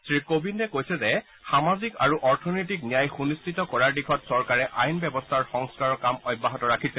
শ্ৰীকোৱিন্দে কৈছে যে সামাজিক আৰু অৰ্থনৈতিক ন্যায় সুনিশ্চিত কৰাৰ দিশত চৰকাৰে আইন ব্যৱস্থাৰ সংস্কাৰৰ কাম অব্যাহত ৰাখিছে